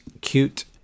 cute